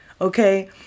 okay